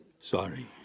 Sorry